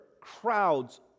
crowds